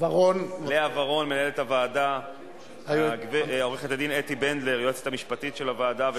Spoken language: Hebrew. הרעיון העומד מאחורי הצעת החוק הוא